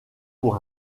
pour